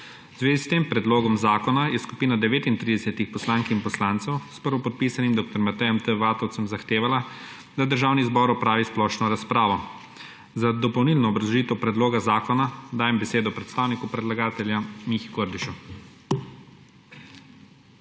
zvezi s tem predlogom zakona je skupina 39 poslank in poslancev s prvopodpisanim dr. Matejem T. Vatovcem zahtevala, da Državni zbor opravi splošno razpravo. Za dopolnilno obrazložitev predloga zakona dajem besedo predstavniku predlagatelja Mihi Kordišu.